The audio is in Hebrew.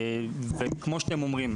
כמו שאתם אומרים,